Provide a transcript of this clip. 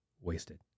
wasted